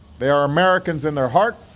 they are americans in their heart,